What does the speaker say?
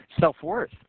self-worth